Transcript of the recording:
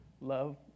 Love